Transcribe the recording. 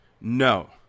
No